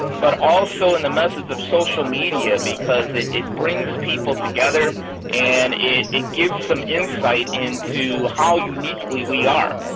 but also in the message of social media, because it it brings people together and it it gives some insight into how unique we we are.